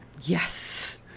Yes